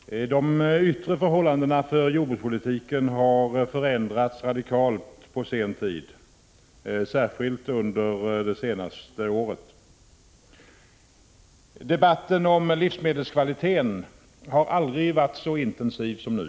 Prot. 1985/86:118 Herr talman! De yttre förhållandena för jordbrukspolitiken har förändrats 16 april 1986 radikalt under senare tid, särskilt under det senaste året: Jordbruksdeparte — Debatten om livsmedelskvaliteten har aldrig varit så intensiv som nu.